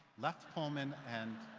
left pullman and